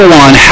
one